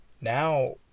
now